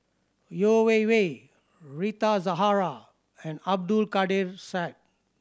Yeo Wei Wei Rita Zahara and Abdul Kadir Syed